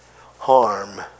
harm